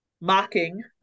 mocking